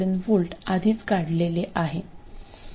7V आधीच काढलेले आहे